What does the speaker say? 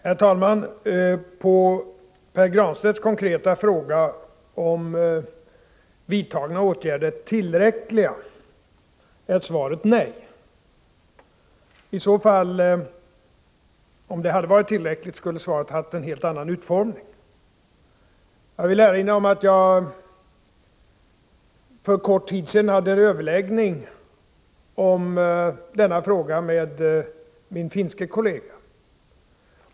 Herr talman! På Pär Granstedts konkreta fråga, om vidtagna åtgärder är tillräckliga, är svaret nej. Om de hade varit tillräckliga skulle svaret ha haft en annan utformning. Jag vill erinra om att jag för kort tid sedan hade en överläggning om denna fråga med min finske kollega.